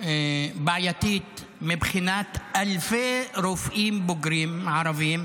בעייתית מבחינת אלפי רופאים בוגרים ערבים